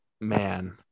Man